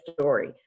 story